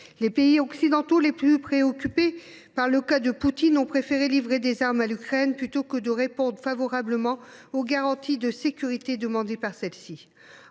les pays occidentaux les plus préoccupés par le cas de Poutine ont préféré livrer des armes à l’Ukraine, plutôt que de répondre favorablement aux garanties de sécurité demandées par celle ci.